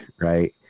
Right